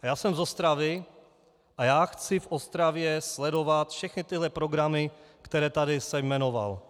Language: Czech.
Já jsem z Ostravy a já chci v Ostravě sledovat všechny tyhle programy, které jsem tady jmenoval.